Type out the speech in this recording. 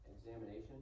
examination